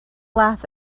laugh